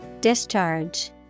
discharge